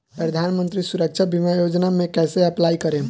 प्रधानमंत्री सुरक्षा बीमा योजना मे कैसे अप्लाई करेम?